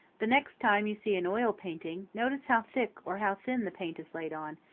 the next time you see an oil painting, notice how thick or how thin the paint is laid on,